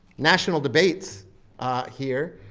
national debates here,